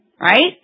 right